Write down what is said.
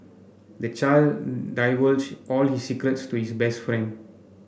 the child divulged all his secrets to his best friend